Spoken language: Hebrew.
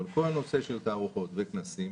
אבל פה הנושא של תערוכות וכנסים